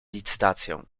licytację